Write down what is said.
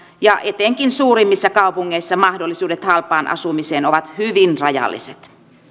ja etenkin suurimmissa kaupungeissa mahdollisuudet halpaan asumiseen ovat hyvin rajalliset